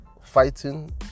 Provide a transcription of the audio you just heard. fighting